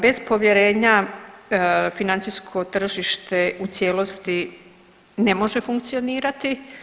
Bez povjerenja financijsko tržište u cijelosti ne može funkcionirati.